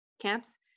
camps